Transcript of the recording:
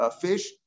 fish